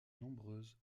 nombreuses